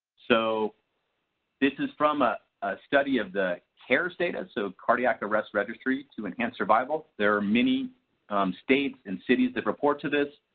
so this is from a study of the car's data so the cardiac arrest registry to enhance survival. there are many states and cities that report to this.